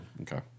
Okay